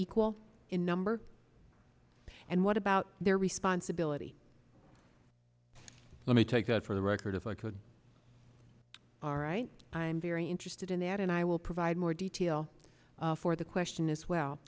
equal in number and what about their responsibility let me take that for the record if i could i'm very interested in that and i will provide more detail for the question is well